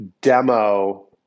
demo